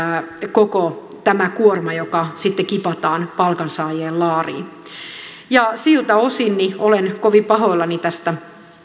koko kuorma joka sitten kipataan palkansaajien laariin siltä osin olen kovin pahoillani tästä